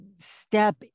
step